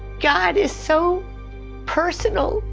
god is so personal,